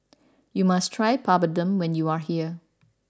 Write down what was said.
you must try Papadum when you are here